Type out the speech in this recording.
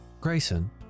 Grayson